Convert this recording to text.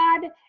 God